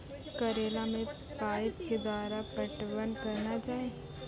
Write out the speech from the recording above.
करेला मे पाइप के द्वारा पटवन करना जाए?